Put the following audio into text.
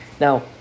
Now